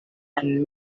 and